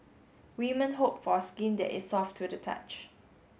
women hope for skin that is soft to the touch